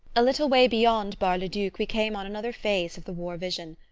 a little way beyond bar-le-duc we came on another phase of the war-vision,